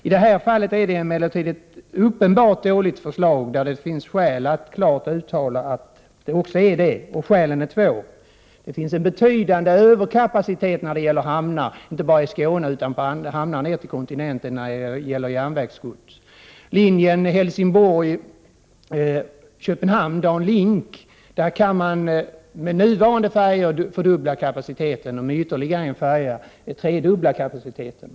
I detta fall är det dock ett uppenbart dåligt förslag. Det finns skäl att klart uttala att det är dåligt. Skälen är två. Det finns en betydande överkapacitet i hamnarna, inte bara i Skåne utan även på andra hamnar ner till kontinenten, när det gäller järnvägsgods. På linjen Helsingborg— Köpenhamn, DanLink, kan man med nuvarande färjor fördubbla kapaciteten. Med ytterligare en färja kan man tredubbla kapaciteten.